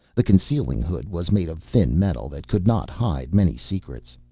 the concealing hood was made of thin metal that could not hide many secrets.